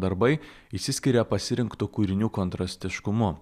darbai išsiskiria pasirinktu kūrinių kontrastiškumu